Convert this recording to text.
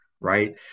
Right